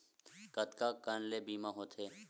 कतका कन ले बीमा होथे?